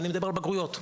ואני מדבר על בגרויות,